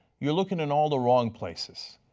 you are looking in all the wrong places.